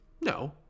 No